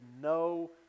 no